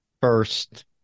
first